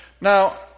Now